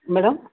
madam